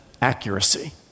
accuracy